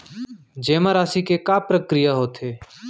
जेमा राशि के का प्रक्रिया होथे?